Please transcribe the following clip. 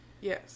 Yes